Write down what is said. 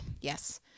Yes